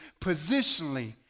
positionally